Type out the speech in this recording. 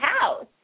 house